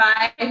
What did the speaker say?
Bye